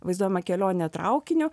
vaizduojama kelionė traukiniu